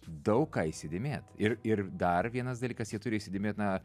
daug ką įsidėmėt ir ir dar vienas dalykas jie turi įsidėmėt na